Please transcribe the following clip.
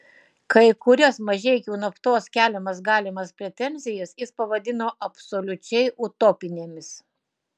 kai kurias mažeikių naftos keliamas galimas pretenzijas jis pavadino absoliučiai utopinėmis